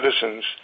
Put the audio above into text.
citizens